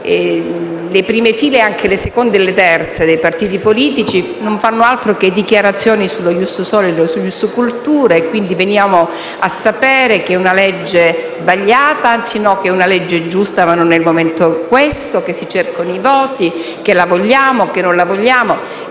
le prime file, ma anche le seconde e le terze, dei partiti politici non fanno altro che dichiarazioni sullo *ius soli* e sullo *ius culturae*. Quindi veniamo a sapere che è una legge sbagliata, anzi no, che è una legge giusta, ma che questo non è il momento, che si cercano i voti, che la vogliamo, che non la vogliamo.